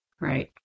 Right